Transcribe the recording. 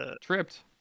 tripped